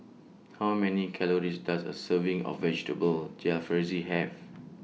How Many Calories Does A Serving of Vegetable Jalfrezi Have